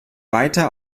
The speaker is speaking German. weiter